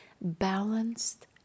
balanced